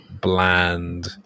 bland